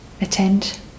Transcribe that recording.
attend